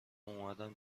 اومدم